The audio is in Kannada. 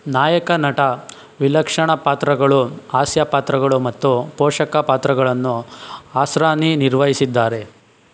ನಾಯಕ ನಟ ವಿಲಕ್ಷಣ ಪಾತ್ರಗಳು ಹಾಸ್ಯ ಪಾತ್ರಗಳು ಮತ್ತು ಪೋಷಕ ಪಾತ್ರಗಳನ್ನು ಆಸ್ರಾನಿ ನಿರ್ವಹಿಸಿದ್ದಾರೆ